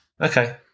Okay